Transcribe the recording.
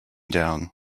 down